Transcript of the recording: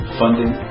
funding